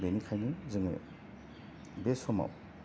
बेनिखायनो जोंङो बे समाव